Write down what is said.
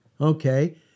okay